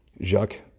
Jacques